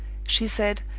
she said,